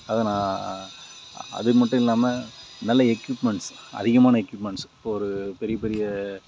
அதை நான் அதுமட்டும் இல்லாமல் நல்ல எக்யூப்மென்ட்ஸ் அதிகமான எக்யூப்மென்ட்ஸ் இப்போது ஒரு பெரிய பெரிய